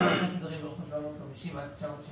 לכל פס תדרים ברוחב 750 עד 999